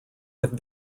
have